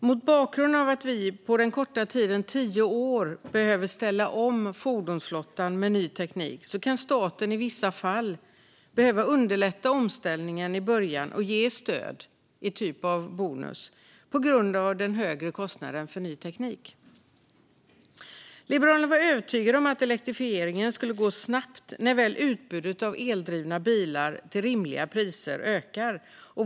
Mot bakgrund av att vi på den korta tiden tio år behöver ställa om fordonsflottan med ny teknik kan staten i vissa fall behöva underlätta omställningen i början och ge stöd av typen bonus på grund av den högre kostnaden för ny teknik. Liberalerna har varit övertygade om att elektrifieringen skulle gå snabbt när väl utbudet av eldrivna bilar till rimliga priser ökade.